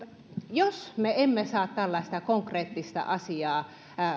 jos me emme saa tällaista konkreettista asiaa